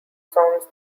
songs